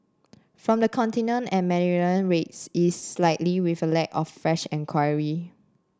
from the Continent and Mediterranean rates eased slightly with a lack of fresh enquiry